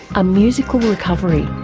a musical recovery.